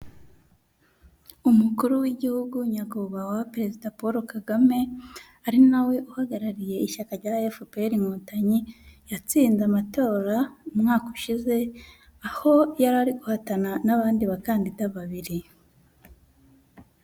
Umukuru w'igihugu nyakubahwa perezida Paul Kagame, ari nawe uhagarariye ishyaka rya fpr inkotanyi, yatsinze amatora umwaka ushize, aho yari ari guhatana n'abandi bakandida babiri.